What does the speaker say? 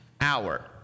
hour